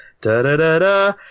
Da-da-da-da